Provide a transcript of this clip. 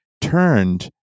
turned